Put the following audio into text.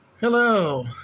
Hello